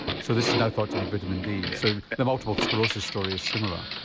so this is now thought to be vitamin d so the multiple sclerosis story is similar.